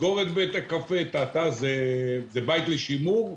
סגור את בית הקפה, זה בית לשימור,